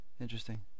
Interesting